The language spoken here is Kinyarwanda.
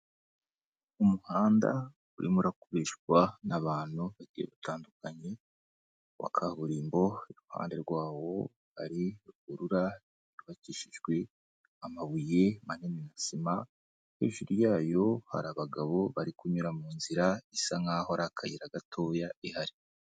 Umuhanda urimo urakoshwa n'abantu bagiye batandukanye wa kaburimbo, iruhande rwawo hari ruhurura yubakishijwe amabuye manini na sima, hejuru yayo hari abagabo bari kunyura mu nzira isa nk'aho ari akayira gatoya ihari.